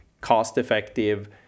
cost-effective